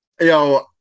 Yo